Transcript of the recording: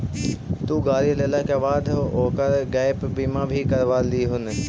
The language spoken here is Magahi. तु गाड़ी लेला के बाद ओकर गैप बीमा भी करवा लियहून